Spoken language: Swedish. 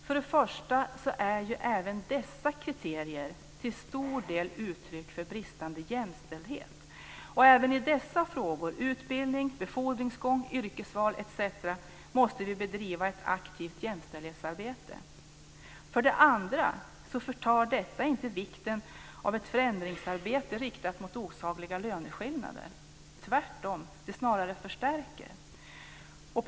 För det första är ju även dessa kriterier till stor del uttryck för bristande jämställdhet. Även i dessa frågor - utbildning, befordringsgång, yrkesval etc. - måste vi bedriva ett aktivt jämställdhetsarbete. För det andra förtar detta inte vikten av ett förändringsarbete riktat mot osakliga löneskillnader, tvärtom. Det snarare förstärker vikten.